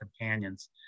companions